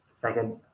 second